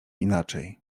inaczej